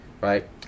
right